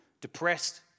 Depressed